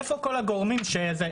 איפה כל הגורמים האלה?